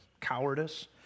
cowardice